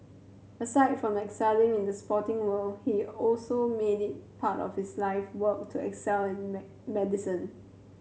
aside from excelling in the sporting world he also made it part of his life work to excel in medicine